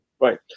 Right